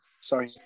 Sorry